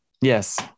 yes